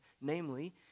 Namely